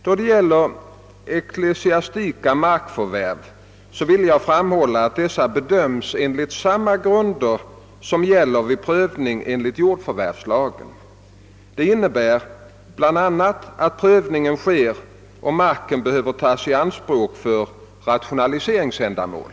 Då det gäller ecklesiastika markförvärv vill jag framhålla att dessa bedöms enligt samma grunder som gäller vid prövning enligt jordförvärvslagen. Detta innebär bl.a. att prövning sker om marken behöver tas i anspråk för. rationaliseringsändamål.